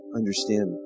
understand